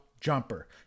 jumper